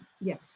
yes